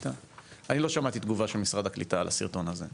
אני לא שמעתי תגובה של משרד הקליטה על הסרטון הזה.